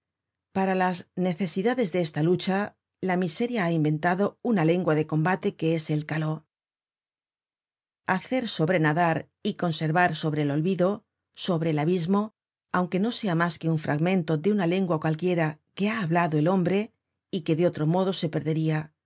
para las necesidades de esta lucha la miseria ha inventado una lengua de combate que es el caló content from google book search generated at hacer sobrenadar y conservar sobre el olvido sobre el abismo aunque no sea mas que un fragmento de una lengua cualquiera que ha hablado el hombre y que de otro modo se perderia